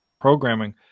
programming